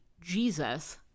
Jesus